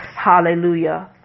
Hallelujah